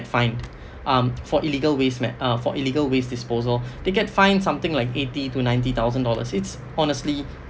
fined um for illegal waste man~ uh for illegal waste disposal they get fined something like eighty to ninety thousand dollars it's honestly